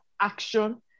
action